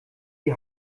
die